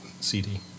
CD